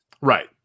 Right